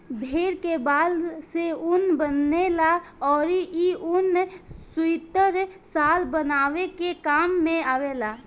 भेड़ के बाल से ऊन बनेला अउरी इ ऊन सुइटर, शाल बनावे के काम में आवेला